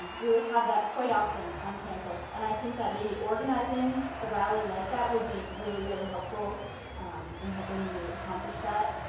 we would that quite often on campus, and i think that maybe organizing a rally like that would be really, really helpful in helping you accomplish that.